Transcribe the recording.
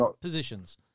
positions